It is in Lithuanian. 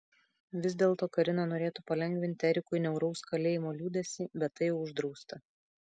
vis dėlto karina norėtų palengvinti erikui niauraus kalėjimo liūdesį bet tai jau uždrausta